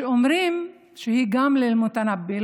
שאומרים שהיא גם מאל-מותנבי,